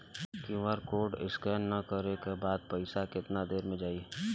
QR code scan न करे क बाद पइसा केतना देर म जाई?